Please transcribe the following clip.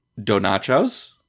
Donachos